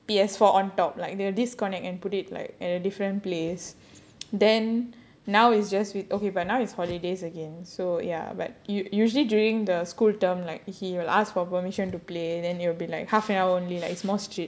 P_S four on top like the disconnect and put it like at a different place then now it's just we okay but now it's holidays again so ya but u~ usually during the school term like he will ask for permission to play then it'll be like half an hour only like it's more strict